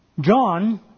John